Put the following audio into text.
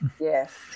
Yes